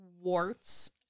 warts